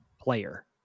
player